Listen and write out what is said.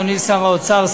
אדוני שר האוצר,